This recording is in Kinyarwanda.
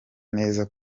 neza